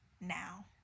now